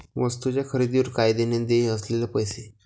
वस्तूंच्या खरेदीवर कायद्याने देय असलेले पैसे